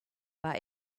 war